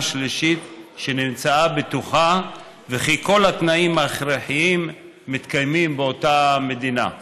שלישית שנמצאה בטוחה וכל התנאים ההכרחיים מתקיימים באותה מדינה.